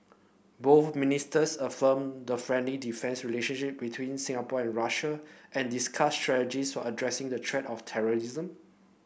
both ministers affirmed the friendly defence relationship between Singapore and Russia and discussed strategies for addressing the threat of terrorism